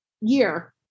year